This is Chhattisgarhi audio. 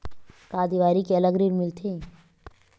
का देवारी के अलग ऋण मिलथे?